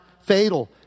fatal